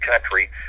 country